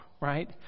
Right